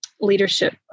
leadership